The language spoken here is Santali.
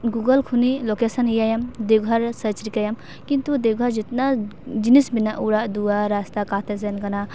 ᱜᱩᱜᱳᱞ ᱠᱷᱚᱱᱤ ᱞᱳᱠᱮᱥᱚᱱᱮ ᱮᱭᱟᱭᱟᱢ ᱫᱮᱣᱜᱷᱚᱨ ᱨᱮ ᱥᱟᱨᱪ ᱞᱮᱜᱟᱭᱟᱢ ᱠᱤᱱᱛᱩ ᱫᱮᱣᱜᱷᱚᱨ ᱡᱚᱛᱚᱱᱟᱜ ᱡᱤᱱᱤᱥ ᱢᱮᱱᱟᱜᱼᱟ ᱚᱲᱟᱜ ᱫᱩᱣᱟᱹᱨ ᱨᱟᱥᱛᱟ ᱠᱟᱛᱮ ᱥᱮᱱ ᱠᱟᱱᱟ